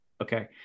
Okay